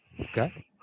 Okay